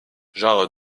genre